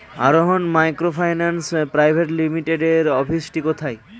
আরোহন microfinance private লিমিটেডের অফিসটি কোথায়?